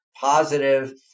positive